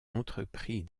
entreprit